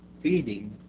feeding